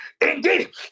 indeed